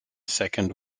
second